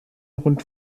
rund